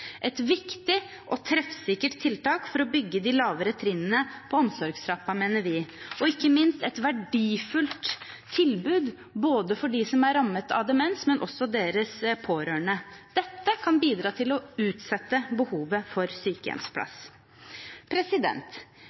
et viktig og treffsikkert tiltak for å bygge de lavere trinnene på omsorgstrappen, mener vi, og ikke minst et verdifullt tilbud både til dem som er rammet av demens, og til deres pårørende. Dette kan bidra til å utsette behovet for sykehjemsplass.